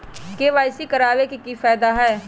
KYC करवाबे के कि फायदा है?